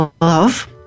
Love